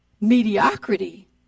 Mediocrity